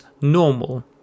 normal